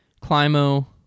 Climo